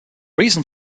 reason